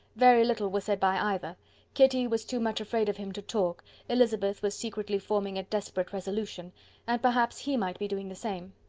very little was said by either kitty was too much afraid of him to talk elizabeth was secretly forming a desperate resolution and perhaps he might be doing the same.